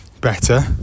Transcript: better